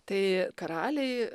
tai karaliai